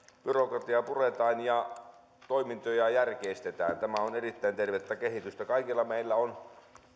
tiaa puretaan ja toimintoja järkeistetään tämä on erittäin tervettä kehitystä kaikilla meillä on kuva